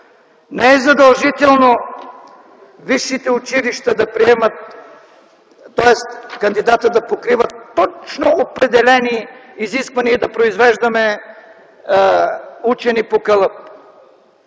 не е задължително висшите училища да приемат..., тоест кандидатът да покрива точно определени изисквания и да произвеждаме учени по калъп.